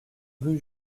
rue